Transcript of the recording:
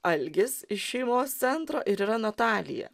algis iš šeimos centro ir yra natalija